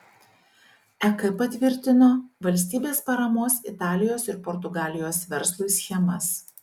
ek patvirtino valstybės paramos italijos ir portugalijos verslui schemas